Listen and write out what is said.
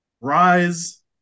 Rise